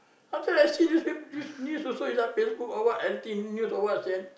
after I see newspaper news news also on Facebook or what everything news or what s~